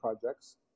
projects